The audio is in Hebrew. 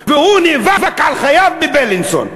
והוא נאבק על חייו ב"בילינסון".